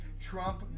Trump